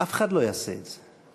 אף אחד לא יעשה את זה.